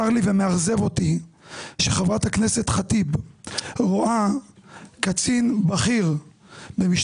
צר לי ומאכזב אותי שחברת הכנסת ח'טיב רואה קצין במשטרת